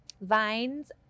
Vines